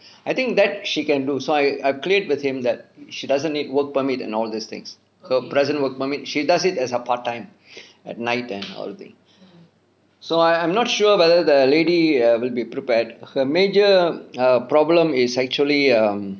I think that she can do so I agreed with him that she doesn't need work permit and all these things so present work permit she does it as a part time at night and all so I I'm not sure whether the lady err will be prepared her major her problem is actually um